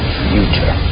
future